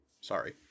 sorry